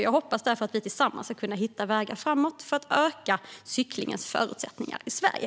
Jag hoppas därför att vi tillsammans ska kunna hitta vägar framåt för att förbättra cyklingens förutsättningar i Sverige.